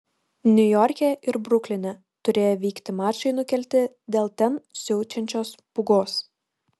niujorke ir brukline turėję vykti mačai nukelti dėl ten siaučiančios pūgos